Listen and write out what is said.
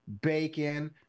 bacon